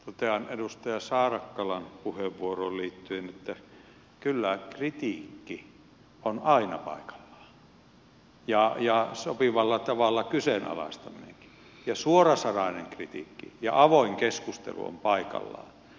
totean edustaja saarakkalan puheenvuoroon liit tyen että kyllä kritiikki on aina paikallaan ja sopivalla tavalla kyseenalaistaminenkin ja suorasanainen kritiikki ja avoin keskustelu ovat paikallaan